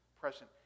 present